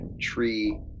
tree